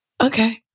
okay